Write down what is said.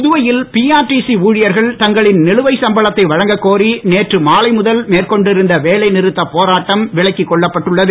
புதுவையில் பிஆர்டிசி ஊழியர்கள் தங்களின் நிலுவை சம்பளத்தை வழங்கக் கோரி நேற்று மாலை முதல் மேற்கொண்டிருந்த வேலை நிறுத்தப் போராட்டம் விலக்கிக் கொள்ளப்பட்டுள்ளது